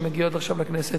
שמגיעות עכשיו לכנסת.